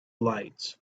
lights